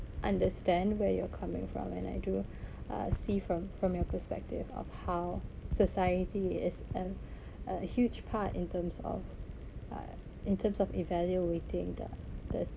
understand where you're coming from and I do uh see from from your perspective of how society is and a huge part in terms of uh in terms of evaluating the the